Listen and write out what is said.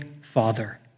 father